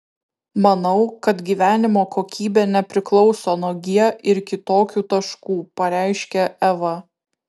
manau kad gyvenimo kokybė nepriklauso nuo g ir kitokių taškų pareiškė eva